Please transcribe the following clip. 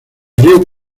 río